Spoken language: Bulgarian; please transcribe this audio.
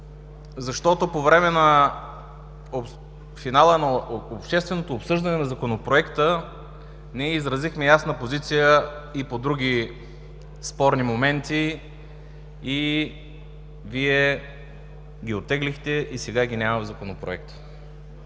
защото по време на финала на общественото обсъждане на Законопроекта ние изразихме ясна позиция и по други спорни моменти и Вие ги оттеглихте, и сега ги няма в Законопроекта.